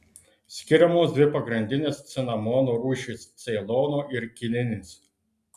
skiriamos dvi pagrindinės cinamono rūšys ceilono ir kininis